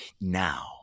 now